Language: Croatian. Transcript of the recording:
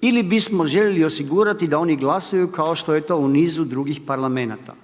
ili bismo željeli osigurati da oni glasuju kao što je to u nisu drugih parlamenata.